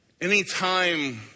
Anytime